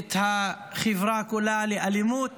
את החברה כולה לאלימות